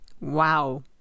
Wow